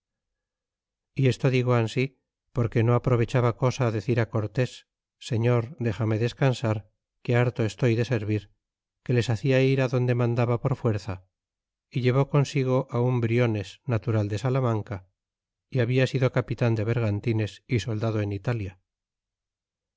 y esto digo ansi porque no aprovechaba cosa decir á cortés señor dexame descansar que harto estoy de servir que les hacia ir adonde mandaba por fuerza é llevó consigo á un briones natural de salamanca é habla sido capitan de bergantines y soldado en italia